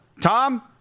Tom